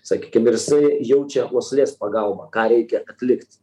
sakykim ir jisai jaučia uoslės pagalba ką reikia atlikt